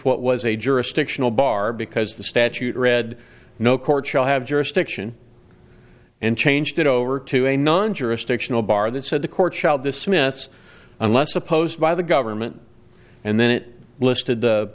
what was a jurisdictional bar because the statute read no court shall have jurisdiction and changed it over to a non jurisdictional bar that said the court child this mess unless opposed by the government and then it listed the